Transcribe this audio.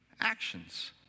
actions